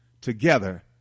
together